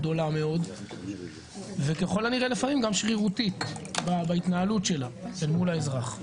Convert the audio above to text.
גדולה מאוד וככל הנראה גם שרירותית בהתנהלות שלה אל מול האזרח.